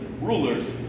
rulers